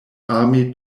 army